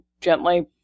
gently